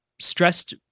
stressed